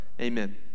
amen